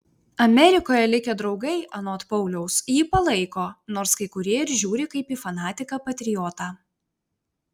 amerikoje likę draugai anot pauliaus jį palaiko nors kai kurie ir žiūri kaip į fanatiką patriotą